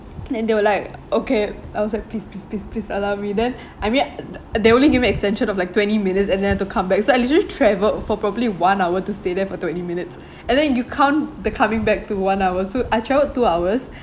and they were like okay I was like please please please please allow me then I mean they only give me extension of like twenty minutes and then I had to come back so I actually traveled for properly one hour to stay there for twenty minutes and then you count the coming back to one hour so I travelled two hours